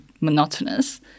monotonous